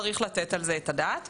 צריך לתת על זה את הדעת.